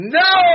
no